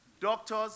Doctors